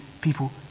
people